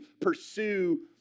pursue